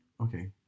Okay